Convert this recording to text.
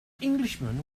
englishman